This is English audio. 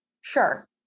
sure